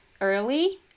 early